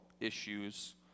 issues